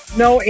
no